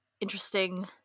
interesting